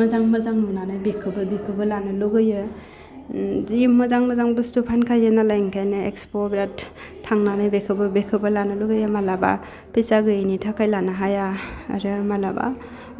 मोजां मोजां नुनानै बेखौबो बेखौबो लानो लुबैयो जि मोजां मोजां बुस्थु फानखायो नालाय ओंखायनो इक्सप'वाव बेराद थांनानै बेखौबो बेखौबो लानो लुबैयो मालाबा फैसा गैयैनि थाखाय लानो हाया आरो मालाबा